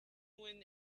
when